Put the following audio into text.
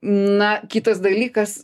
na kitas dalykas